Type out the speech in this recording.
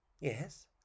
Yes